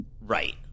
Right